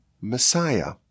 Messiah